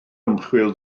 ymchwil